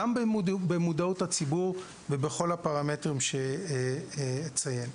גם במודעות הציבור ובכל הפרמטרים שאציין.